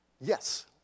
Yes